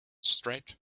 straight